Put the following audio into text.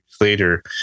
later